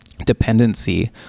dependency